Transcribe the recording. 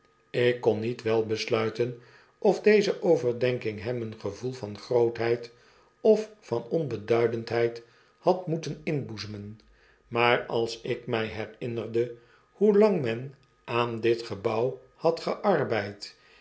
ik kon niet wel besluiten of deze overdenking hem een gevoel van grootheid of vanonbeduidendheid had moeten inboezemen maar als ik my herinnerde hoe lang men aan dit gebouw had gearbeid